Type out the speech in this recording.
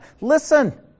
Listen